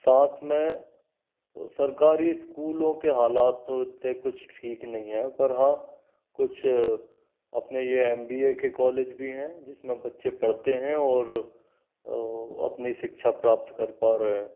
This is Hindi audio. साथ में सरकारी स्कूलों के हालात तो इतने कुछ ठीक नहीं हैं पर हाँ कुछ अपने ये एम बी ए के कॉलेज भी हैं जिसमें बच्चे पढ़ते हैं और अपनी शिक्षा प्राप्त कर पा रहें